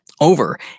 over